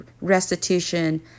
restitution